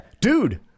dude